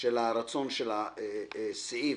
של הרצון של הסעיף,